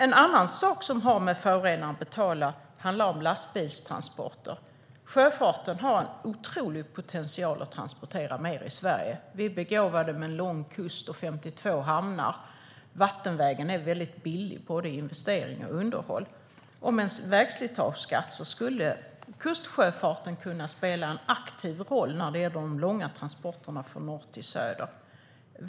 En annan sak som har att göra med principen att förorenaren betalar är lastbilstransporter. Sjöfarten har en otrolig potential att transportera mer i Sverige. Vi är begåvade med lång kust och 52 hamnar. Vattenvägen är väldigt billig både i investeringar och i underhåll. Med en vägslitageskatt skulle kustsjöfarten kunna spela en aktiv roll när det gäller de långa transporterna från norr till söder.